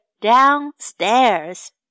downstairs